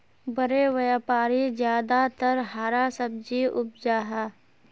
बड़े व्यापारी ज्यादातर हरा सब्जी उपजाहा